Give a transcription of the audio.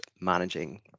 managing